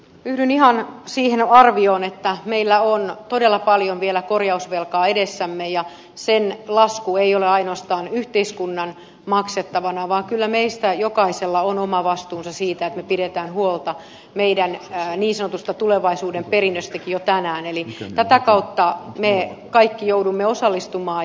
yhdyn ihan siihen arvioon että meillä on todella paljon vielä korjausvelkaa edessämme ja sen lasku ei ole ainoastaan yhteiskunnan maksettavana vaan kyllä meistä jokaisella on oma vastuunsa siitä että me pidämme huolta meidän niin sanotusta tulevaisuuden perinnöstämmekin jo tänään eli tätä kautta me kaikki joudumme osallistumaan